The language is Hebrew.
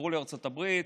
עברו לארצות הברית.